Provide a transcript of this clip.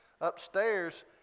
upstairs